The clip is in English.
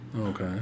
Okay